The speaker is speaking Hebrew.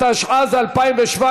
התשע"ז 2017,